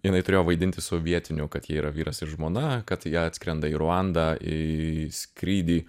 jinai turėjo vaidinti su vietiniu kad jie yra vyras ir žmona kad ji atskrenda į ruandą į skrydį